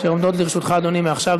אשר עומדות לרשותך, אדוני, מעכשיו.